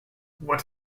what